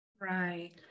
Right